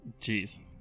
Jeez